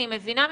אני מבינה ממך,